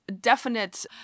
definite